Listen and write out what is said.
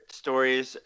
stories